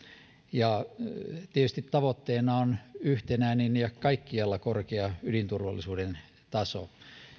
ja tietysti tavoitteena on yhtenäinen ja kaikkialla korkea ydinturvallisuuden taso